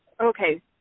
Okay